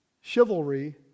chivalry